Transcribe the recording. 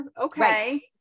okay